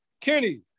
Kenny